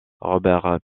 robert